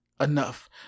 enough